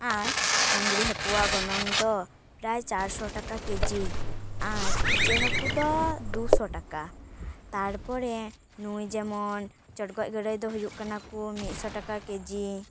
ᱟᱨ ᱢᱟᱹᱝᱜᱽᱨᱤ ᱦᱟᱹᱠᱩᱣᱟᱜ ᱜᱚᱱᱚᱝ ᱫᱚ ᱯᱨᱟᱭ ᱪᱟᱨᱥᱚ ᱴᱟᱠᱟ ᱠᱮᱡᱤ ᱟᱨ ᱤᱪᱟᱹᱜ ᱦᱟᱹᱠᱩ ᱫᱚ ᱫᱩᱥᱚ ᱴᱟᱠᱟ ᱛᱟᱨᱯᱚᱨᱮ ᱱᱩᱭ ᱡᱮᱢᱚᱱ ᱪᱚᱰᱜᱚᱡ ᱜᱟᱹᱲᱟᱹᱭ ᱫᱚ ᱦᱩᱭᱩᱜ ᱠᱟᱱᱟ ᱠᱚ ᱢᱤᱫᱥᱚ ᱴᱟᱠᱟ ᱠᱮᱡᱤ